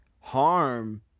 harm